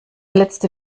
letzte